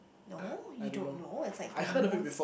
no you don't know it's like the most